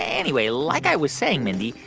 anyway, like i was saying, mindy,